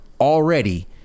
already